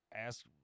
ask